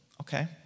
Okay